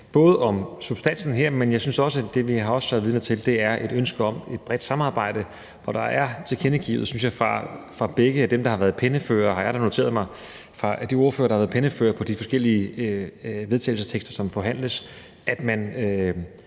både om substansen her, men jeg synes også, at det, vi har været vidner til, har været ønsket om et bredt samarbejde. Der er tilkendegivet, synes jeg, fra begge de ordførere, der har været penneførere på de to vedtagelsestekster, som forhandles, at man